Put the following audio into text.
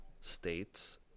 states